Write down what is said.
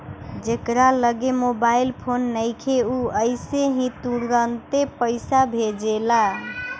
जेकरा लगे mobile phone नइखे उ अइसे ही तुरंते पईसा भेजेला